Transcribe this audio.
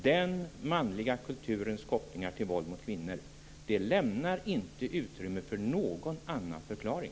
"Den manliga kulturens kopplingar till våld mot kvinnor" lämnar inte utrymme för någon annan förklaring.